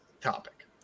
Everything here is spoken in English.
topic